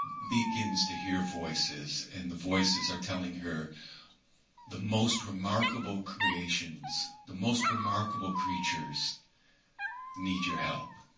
begins to hear voices. and the voices are telling her the most remarkable creations, the most remarkable creatures need your help.